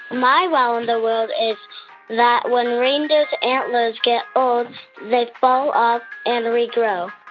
my wow in the world is that when reindeer's antlers get old, they fall off and regrow.